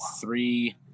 three